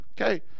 Okay